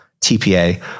TPA